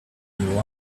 one